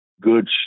good